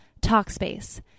Talkspace